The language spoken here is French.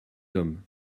hommes